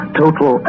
total